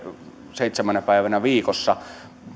seitsemänä päivänä viikossa